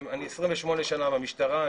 אני 28 שנה במשטרה,